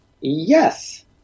Yes